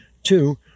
Two